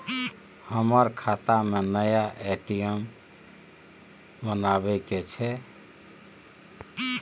हमर खाता में नया ए.टी.एम बनाबै के छै?